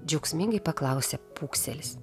džiaugsmingai paklausė pūkselis